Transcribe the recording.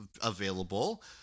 available